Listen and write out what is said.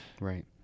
Right